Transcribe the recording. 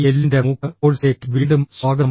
എല്ലിന്റെ മൂക്ക് കോഴ്സിലേക്ക് വീണ്ടും സ്വാഗതം